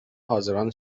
حاضران